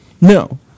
No